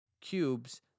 cubes